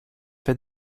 fed